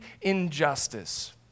injustice